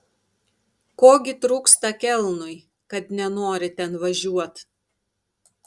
ko gi trūksta kelnui kad nenori ten važiuot